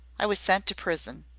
i was sent to prison.